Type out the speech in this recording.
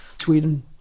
Sweden